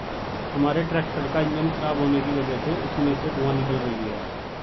हमारे ट्रैक्टर का इंजन खराब होने की वजह से उसमें से धुआँ निकल रही है